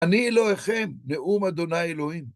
אני אלוהיכם, נאום אדוני אלוהים.